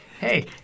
hey